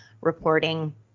reporting